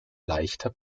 leichter